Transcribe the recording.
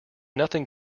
nothing